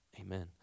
Amen